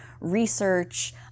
research